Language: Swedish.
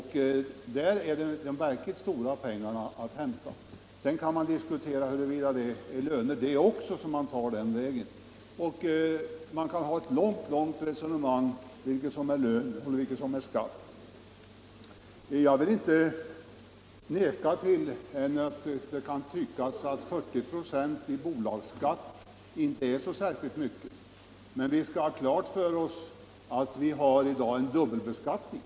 Där är de verkligt stora pengarna att hämta. Sedan kan man förstås diskutera huruvida också det som tas ut den vägen är löner — man kan föra ett långt resonemang om hur mycket som är lön och hur mycket som är skatt. Jag vill inte förneka att det kan tyckas att 40 96 i bolagsskatt inte är särskilt mycket, men vi bör ha klart för oss att vi i dag har en dubbelbeskattning.